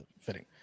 fitting